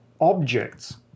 objects